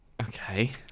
okay